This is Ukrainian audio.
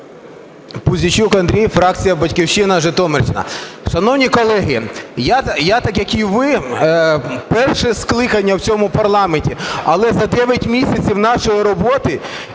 Пузійчук Андрій, фракція "Батьківщина", Житомирщина. Шановні колеги, я, так як і ви, перше скликання в цьому парламенті, але за 9 місяців нашої роботи